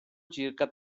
circa